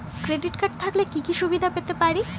Credit card থাকলে কি কি সুবিধা পেতে পারি?